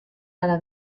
gara